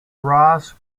ross